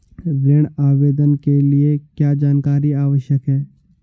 ऋण आवेदन के लिए क्या जानकारी आवश्यक है?